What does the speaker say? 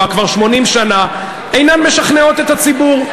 כבר 80 שנה אינן משכנעות את הציבור.